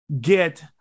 get